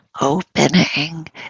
opening